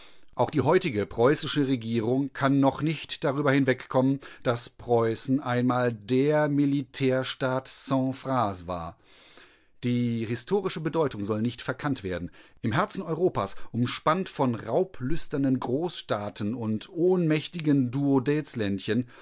auch die heutige preußische regierung kann noch nicht darüber hinwegkommen daß preußen einmal der militärstaat sans phrase war die historische bedeutung soll nicht verkannt werden im herzen europas umspannt von raublüsternen großstaaten und ohnmächtigen